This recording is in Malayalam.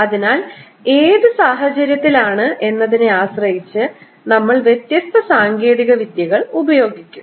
അതിനാൽ ഏത് സാഹചര്യത്തിലാണ് എന്നതിനെ ആശ്രയിച്ച് നമ്മൾ വ്യത്യസ്ത സാങ്കേതിക വിദ്യകൾ ഉപയോഗിക്കും